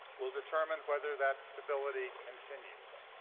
will determine whether that stability continues.